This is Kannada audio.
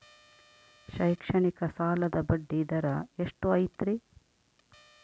ಶೈಕ್ಷಣಿಕ ಸಾಲದ ಬಡ್ಡಿ ದರ ಎಷ್ಟು ಐತ್ರಿ?